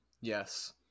Yes